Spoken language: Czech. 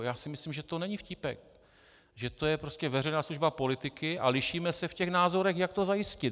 Já si myslím, že to není vtípek, že to je prostě veřejná služba politiky a lišíme se v názorech, jak to zajistit.